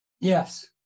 Yes